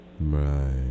Right